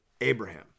Abraham